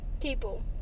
people